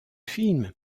film